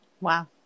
Wow